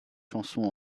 chansons